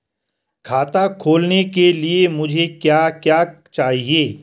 खाता खोलने के लिए मुझे क्या क्या चाहिए?